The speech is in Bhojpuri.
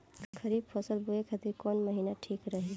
खरिफ फसल बोए खातिर कवन महीना ठीक रही?